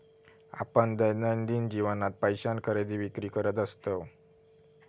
आपण दैनंदिन जीवनात पैशान खरेदी विक्री करत असतव